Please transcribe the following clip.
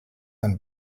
not